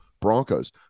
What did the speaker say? Broncos